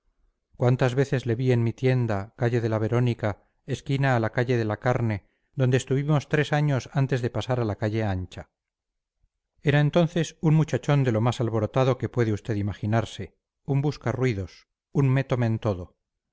cuántas veces le vi en mi tienda calle de la verónica esquina a la de la carne donde estuvimos tres años antes de pasar a la calle ancha era entonces un muchachón de lo más alborotado que puede usted imaginarse un busca ruidos un métome en todo